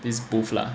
this booth lah